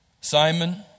Simon